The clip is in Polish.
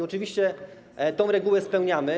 Oczywiście tę regułę spełniamy.